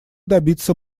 добиться